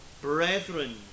brethren